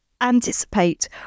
anticipate